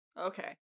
Okay